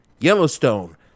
Yellowstone